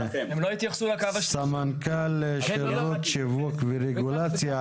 סמנכ"ל שירות שיווק ורגולציה.